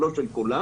לא של כולם,